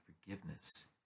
forgiveness